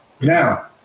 Now